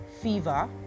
fever